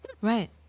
right